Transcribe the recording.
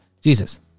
Jesus